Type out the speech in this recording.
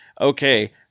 okay